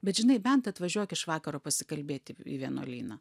bet žinai bent atvažiuok iš vakaro pasikalbėti į vienuolyną